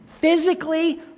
physically